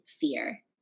fear